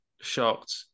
shocked